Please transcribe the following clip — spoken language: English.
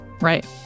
right